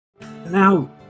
now